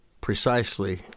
precisely